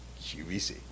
QVC